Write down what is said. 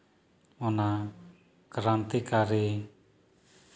ᱚᱱᱟ ᱠᱨᱟᱱᱛᱤ ᱠᱟᱹᱨᱤ